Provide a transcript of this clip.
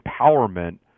empowerment